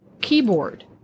keyboard